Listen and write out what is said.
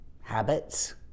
habits